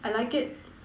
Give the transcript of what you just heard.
I like it